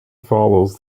follows